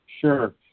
Sure